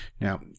Now